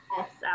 Yes